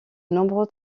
nombreux